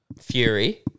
Fury